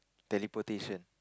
teleportation